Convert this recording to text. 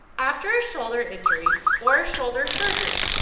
after a shoulder injury or shoulder surgery,